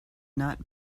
not